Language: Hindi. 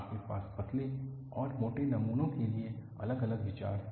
आपके पास पतले और मोटे नमूनों के लिए अलग अलग विचार हैं